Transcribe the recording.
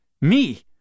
Me